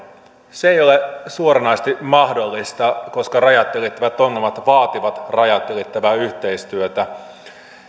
se ei ole suoranaisesti mahdollista koska rajat ylittävät ongelmat vaativat rajat ylittävää yhteistyötä